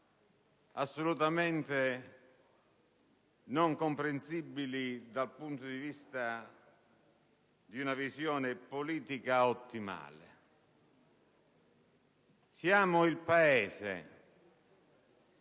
assolutamente non comprensibili dal punto di vista di una visione politica ottimale. Siamo il Paese